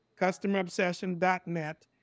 customerobsession.net